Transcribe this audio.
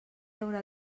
haurà